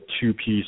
two-piece